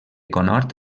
conhort